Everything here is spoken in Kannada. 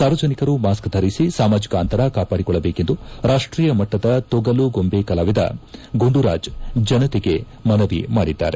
ಸಾರ್ವಜನಿಕರು ಮಾಸ್ಕ್ ಧರಿಸಿ ಸಾಮಾಜಿಕ ಅಂತರ ಕಾಪಾಡಿಕೊಳ್ಳಬೇಕೆಂದು ರಾಷ್ಟೀಯ ಮಟ್ಟದ ತೊಗಲು ಗೊಂಬೆ ಕಲಾವಿದ ಗುಂಡುರಾಜ್ ಜನತೆಗೆ ಮನವಿ ಮಾಡಿದ್ದಾರೆ